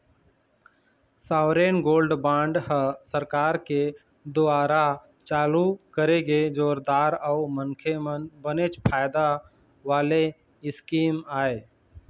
sovereign gold bond ह सरकार के दुवारा चालू करे गे जोरदार अउ मनखे मन बनेच फायदा वाले स्कीम आय